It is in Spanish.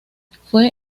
fue